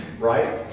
right